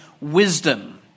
wisdom